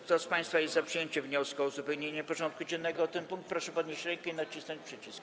Kto z państwa jest za przyjęciem wniosku o uzupełnienie porządku dziennego o ten punkt, proszę podnieść rękę i nacisnąć przycisk.